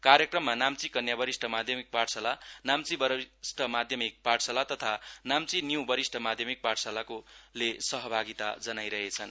कार्यक्रममा नाम्ची कन्या वरिष्ठ माध्यमिक पाठशाला नाम्ची वरिष्ठ माध्यमिक पाठशाला तथा नाम्ची न्यू वरिष्ठ माध्यमिक पाठशालाले सहभागिता जनाइरहेछन्